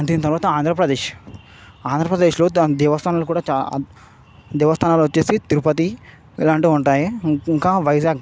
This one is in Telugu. దీని తర్వాత ఆంధ్రప్రదేశ్ ఆంధ్రప్రదేశ్లో ద దేవస్థానంలో కూడా చా అద్ దేవస్థానంలో వచ్చేసి తిరుపతి ఇలాంటివి ఉంటాయి ఇం ఇంకా వైజాగ్